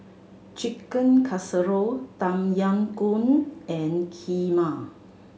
Chicken Casserole Tom Yam Goong and Kheema